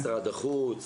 משרד החוץ.